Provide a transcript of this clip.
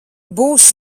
būs